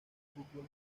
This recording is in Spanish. futbol